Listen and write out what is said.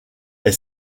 est